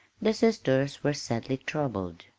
the sisters were sadly troubled.